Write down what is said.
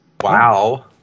Wow